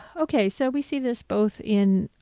okay, so we see this both in,